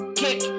kick